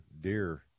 deer